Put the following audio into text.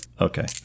okay